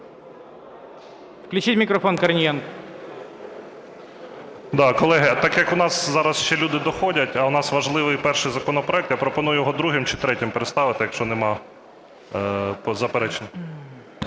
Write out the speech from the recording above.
КОРНІЄНКО О.С. Колеги, так як у нас зараз ще люди доходять, а в нас важливий перший законопроект, я пропоную його другим чи третім переставити, якщо немає заперечень.